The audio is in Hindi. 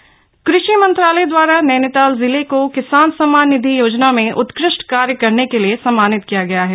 नबीताल को सम्मान कृषि मंत्रालय दवारा नैनीताल जिले को किसान सम्मान निधि योजना में उत्कृष्ट कार्य करने के लिए सम्मानित किया गया है